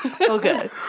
Okay